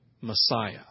Messiah